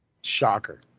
Shocker